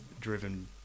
driven